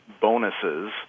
bonuses